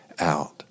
out